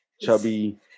chubby